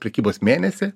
prekybos mėnesį